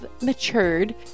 matured